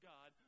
God